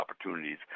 opportunities